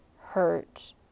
hurt